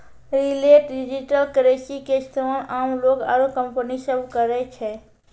retail digital currency के इस्तेमाल आम लोग आरू कंपनी सब करै छै